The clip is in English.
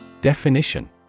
Definition